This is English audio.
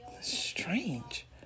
strange